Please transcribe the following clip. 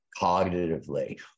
cognitively